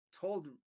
Told